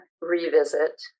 revisit